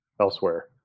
elsewhere